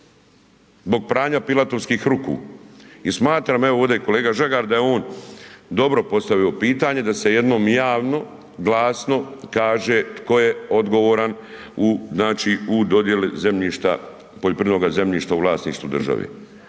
Zbog pranja pilatovskih ruku. I smatram, evo, ovdje je kolega Žagar, da je on dobro postavio pitanje, da se jednom javno glasno kaže tko je odgovoran u dodijeli zemljišta, poljoprivrednoga zemljišta u vlasništvu države